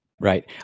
right